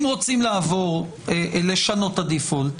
אם רוצים לשנות את הדיפולט,